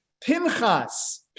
Pinchas